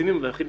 מה עם סינים?